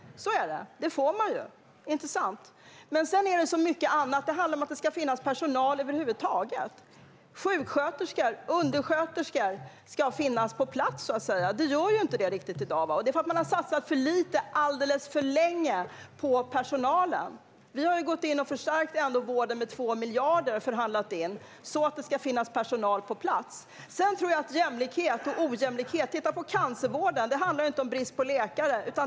Så är det, och det får man ju också - inte sant? Men sedan är det så mycket annat. Det handlar om att det ska finnas personal över huvud taget. Sjuksköterskor och undersköterskor ska finnas på plats. Så är det inte riktigt i dag, och det beror på att man alldeles för länge har satsat för lite på personalen. Vi har gått in och förstärkt vården med 2 miljarder som vi har förhandlat in så att det ska finnas personal på plats. Jag tror inte att jämlikhet och ojämlikhet handlar om brist på läkare. Titta på cancervården!